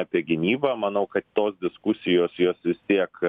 apie gynybą manau kad tos diskusijos jos vis tiek